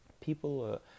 People